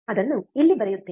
ಅದನ್ನು ಇಲ್ಲಿ ಬರೆಯುತ್ತೇನೆ